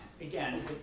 again